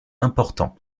importants